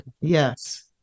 Yes